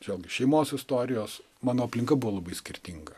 vėlgi šeimos istorijos mano aplinka buvo labai skirtinga